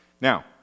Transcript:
Now